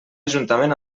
juntament